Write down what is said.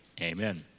amen